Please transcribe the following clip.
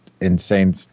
insane